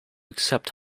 accept